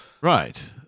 Right